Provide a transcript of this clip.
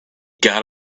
got